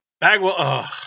Bagwell